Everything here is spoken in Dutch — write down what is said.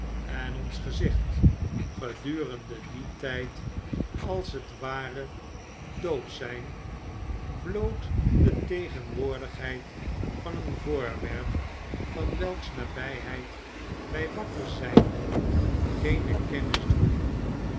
en ons gezicht gedurende dien tijd als het ware dood zijn bloot de tegenwoordigheid van een voorwerp van welks nabijheid wij wakker zijnde geene kennis droegen